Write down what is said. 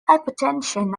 hypertension